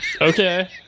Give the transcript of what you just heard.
okay